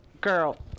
girl